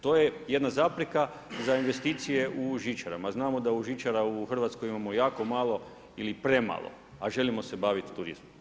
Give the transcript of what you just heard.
To je jedna zapreka za investicije u žičarama, znamo da žičara u Hrvatskoj imamo jako malo ili premalo, a želimo se bavit turizmom.